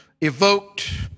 evoked